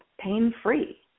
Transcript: pain-free